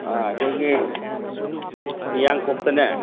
ꯑꯩꯈꯣꯏꯒꯤ ꯐꯤꯌꯥꯟꯈꯣꯛꯇꯅꯦ